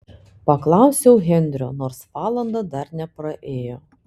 paklausiau henrio nors valanda dar nepraėjo